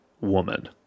woman